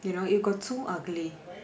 you know it got too ugly